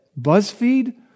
BuzzFeed